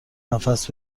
نفس